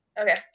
okay